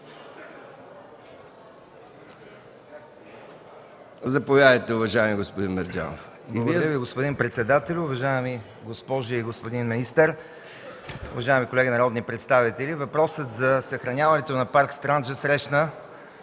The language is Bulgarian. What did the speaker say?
Заповядайте, уважаеми господин Ненков.